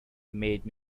made